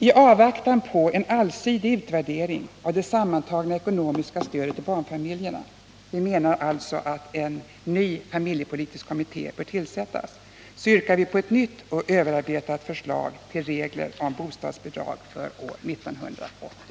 I avvaktan på en allsidig utvärdering av det sammantagna ekonomiska stödet till barnfamiljerna — vi menar alltså att en ny familjepolitisk kommitté bör tillsättas — yrkar vi på ett nytt och överarbetat förslag till regler om bostadsbidrag för år 1980.